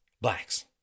blacks